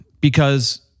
because-